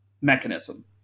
mechanism